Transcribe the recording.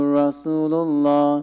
Rasulullah